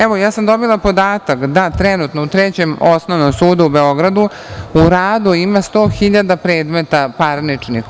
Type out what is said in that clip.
Evo, ja sam dobila podataka da trenutno u Trećem osnovnom sudu u Beogradu, u radu ima sto hiljada predmeta parničnih.